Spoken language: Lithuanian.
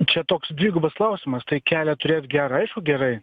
čia toks dvigubas klausimas tai kelią turėt gerą aišku gerai